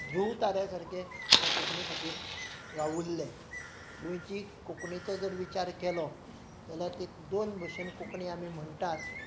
ध्रूव ताऱ्या सारके ह्या कोंकणी खातीर वावुरले गोंयचे कोंकणीचो जर विचार केलो जाल्या ती दोन भाशेन कोंकणी आमी म्हणटात